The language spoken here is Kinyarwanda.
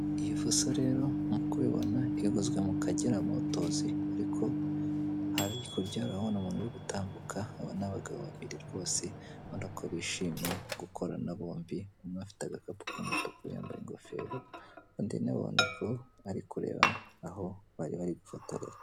Iyi fuso rero nk'uko ubibona yaguzwe mu Kagera motozi ,ariko hakurya urabona umuntu uri gutambuka, aba ni abagabo babiri rwose ubona ko bishimye gukorana bombi, umwe ufite agakapu k'umutuku yambaye ingofero, undi nawe urabona ko ari kureba aho bari bari gufotorera.